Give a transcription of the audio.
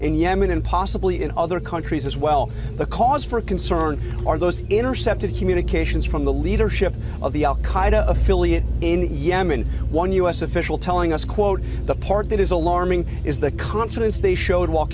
in yemen and possibly in other countries as well the cause for concern are those intercepted communications from the leadership of the al qaeda affiliate in yemen one u s official telling us quote the part that is alarming is the confidence they showed walk